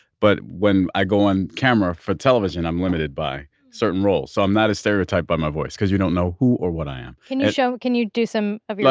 but when i go on camera, for television, i'm limited by certain roles. so i'm not a stereotype. i'm a voice. cause you don't know who or what i am can you show. can you do some of your